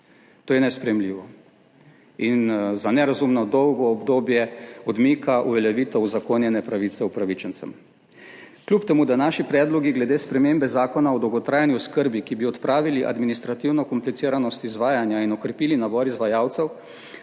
To je nesprejemljivo in za nerazumno dolgo obdobje 4. TRAK: (NB) - 14.00 (Nadaljevanje) odmika uveljavitev uzakonjene pravice upravičencem. Kljub temu, da naši predlogi glede spremembe Zakona o dolgotrajni oskrbi, ki bi odpravili administrativno kompliciranost izvajanja in okrepili nabor izvajalcev,